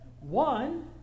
One